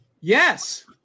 Yes